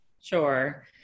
Sure